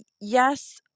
Yes